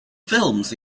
films